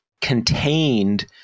contained